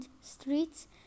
streets